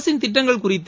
அரசின் திட்டங்கள் குறித்து